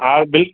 हा उ बिल